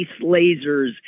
lasers